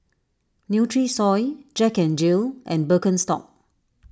Nutrisoy Jack N Jill and Birkenstock